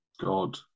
God